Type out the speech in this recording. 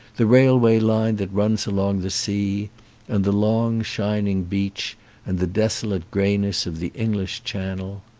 the railway line that runs along the sea and the long shining beach and the desolate greyness of the english channel?